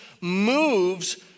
moves